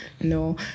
no